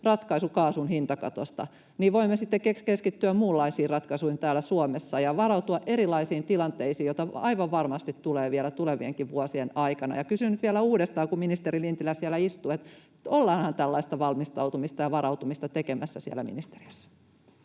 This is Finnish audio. ratkaisu kaasun hintakatosta, niin voimme sitten keskittyä muunlaisiin ratkaisuihin täällä Suomessa ja varautua erilaisiin tilanteisiin, joita aivan varmasti tulee vielä tulevienkin vuosien aikana. Kysyn nyt vielä uudestaan, kun ministeri Lintilä siellä istuu: ollaanhan tällaista valmistautumista ja varautumista tekemässä siellä ministeriössä?